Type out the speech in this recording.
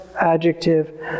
adjective